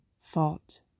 fault